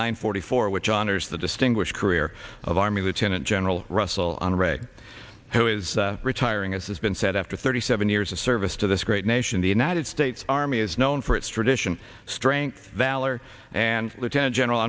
nine forty four which honors the distinguished career of army lieutenant general russel honore a who is retiring as has been said after thirty seven years of service to this great nation the united states army is known for its tradition strength valor and lieutenant general